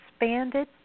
expanded